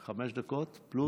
חמש דקות פלוס?